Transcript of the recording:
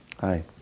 Hi